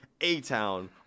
A-Town